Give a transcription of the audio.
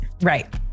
Right